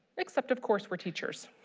except of course we're teachers,